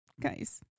guys